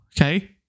okay